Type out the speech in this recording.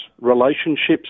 relationships